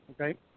okay